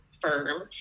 firm